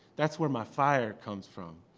that's where my fire comes from.